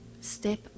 step